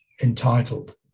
entitled